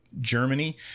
germany